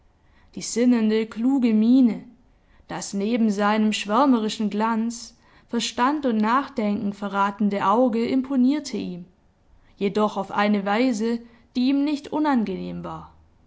die sinnende kluge miene das neben seinem schwärmerischen glanz verstand und nachdenken verratende auge imponierte ihm jedoch auf eine weise die ihm nicht unangenehm war